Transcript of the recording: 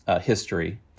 history